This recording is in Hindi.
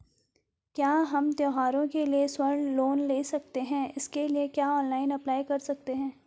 क्या हम त्यौहारों के लिए स्वर्ण लोन ले सकते हैं इसके लिए क्या ऑनलाइन अप्लाई कर सकते हैं?